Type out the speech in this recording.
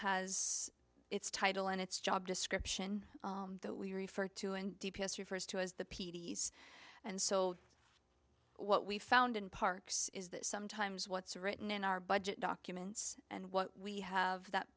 has its title and its job description that we refer to and d p s refers to as the p d s and so what we found in parks is that sometimes what's written in our budget documents and what we have that